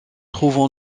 trouvent